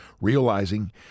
realizing